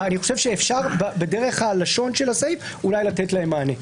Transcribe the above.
אני חושב שאפשר בדרך הלשון של הסעיף אולי לתת להם מענה.